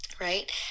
right